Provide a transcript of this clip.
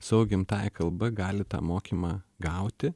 savo gimtąja kalba gali tą mokymą gauti